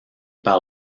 par